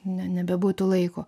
ne nebebūtų laiko